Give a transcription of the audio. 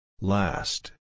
Last